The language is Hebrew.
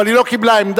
אבל היא לא קיבלה עמדה.